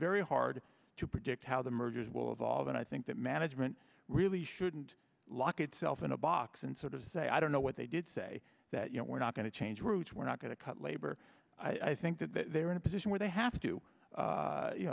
very hard to predict how the mergers will evolve and i think that management really shouldn't lock itself in a box and sort of say i don't know what they did say that you know we're not going to change routes we're not going to cut labor i think that they're in a position where they have to